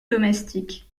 domestiques